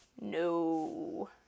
no